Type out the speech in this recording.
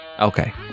Okay